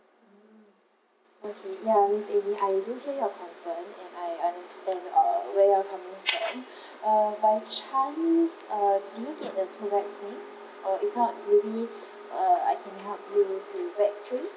mm okay ya miss amy I do hear your consent and I understand uh where you're coming from uh by chance uh do you get the tour guide name or if not maybe I can help you to back trace